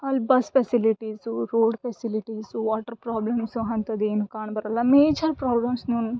ಅಲ್ಲಿ bus facilities road facilities water problems ಅಂಥದೇನು ಕಾಣ್ಬರೋಲ್ಲ ಮೇಜರ್ ಪ್ರಾಬ್ಲಮ್ಸ್ನು